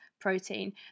protein